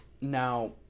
Now